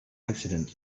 accident